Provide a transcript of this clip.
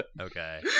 Okay